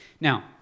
Now